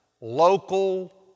local